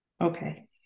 Okay